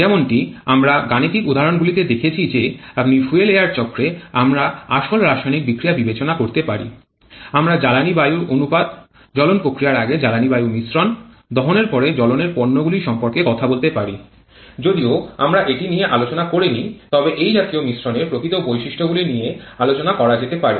যেমনটি আমরা গাণিতিক উদাহরণগুলিতে দেখেছি যে আপনি ফুয়েল এয়ার চক্রে আমরা আসল রাসায়নিক বিক্রিয়া বিবেচনা করতে পারি আমরা জ্বালানী বায়ু অনুপাত জ্বলন প্রক্রিয়ার আগে জ্বালানী বায়ু মিশ্রণ দহনের পরে জ্বলনের পণ্যগুলি সম্পর্কে কথা বলতে পারি যদিও আমরা এটি নিয়ে আলোচনা করিনি তবে এই জাতীয় মিশ্রণের প্রকৃত বৈশিষ্ট্যগুলি নিয়ে আলোচনা করা যেতে পারে